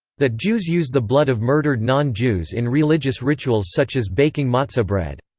that jews use the blood of murdered non-jews in religious rituals such as baking matza bread.